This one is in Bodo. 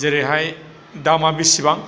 जेरैहाय दामा बेसेबां